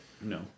No